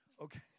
Okay